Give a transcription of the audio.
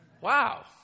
Wow